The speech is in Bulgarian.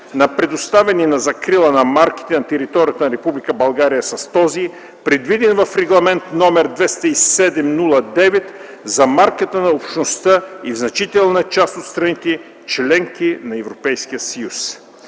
на предоставяне на закрила на марките на територията на Република България с този, предвиден в Регламент № 207/09 за марката на Общността и в значителна част от страните – членки на Европейския съюз.